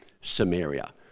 Samaria